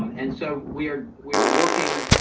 um and so we're we're working,